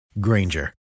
Granger